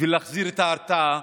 בשביל להחזיר את ההרתעה?